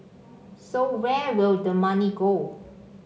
so where will the money go